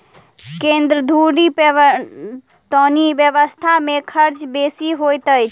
केन्द्र धुरि पटौनी व्यवस्था मे खर्च बेसी होइत अछि